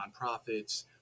nonprofits